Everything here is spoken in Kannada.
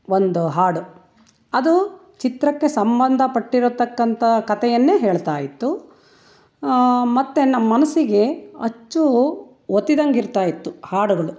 ಒಂದು ಹಾಡು ಅದು ಚಿತ್ರಕ್ಕೆ ಸಂಬಂಧಪಟ್ಟಿರತಕ್ಕಂಥ ಕಥೆಯನ್ನೇ ಹೇಳ್ತಾಯಿತ್ತು ಮತ್ತೆ ನಮ್ಮ ಮನಸ್ಸಿಗೆ ಅಚ್ಚು ಒತ್ತಿದಂತೆ ಇರ್ತಾಯಿತ್ತು ಹಾಡುಗಳು